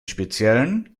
speziellen